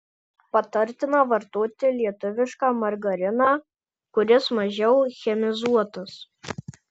patartina vartoti lietuvišką margariną kuris mažiau chemizuotas